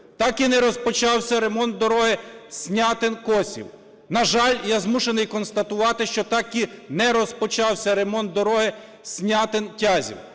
так і не розпочався ремонт дороги Снятин-Косів. На жаль, я змушений констатувати, що так і не розпочався ремонт дороги Снятин-Тязів.